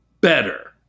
better